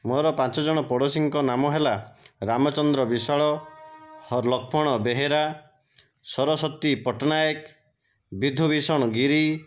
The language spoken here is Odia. ମୋର ପାଞ୍ଚଜଣ ପୋଡ଼ଶୀଙ୍କ ନାମ ହେଲା ରାମଚନ୍ଦ୍ର ବିଶ୍ଵାଳ ଲକ୍ଷ୍ମଣ ବେହେରା ସରସ୍ୱତୀ ପଟ୍ଟନାୟକ ବିଧୁଭିଷଣ ଗିରି